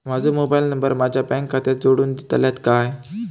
माजो mobile number माझ्या bank खात्याक जोडून दितल्यात काय?